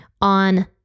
on